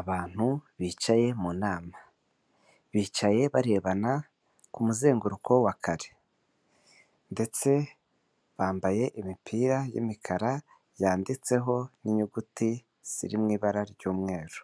Abantu bicaye mu nama, bicaye barebana ku muzenguruko wa kare, ndetse bambaye imipira y'imikara yanditseho n'inyuguti ziri mu ibara ry'umweru,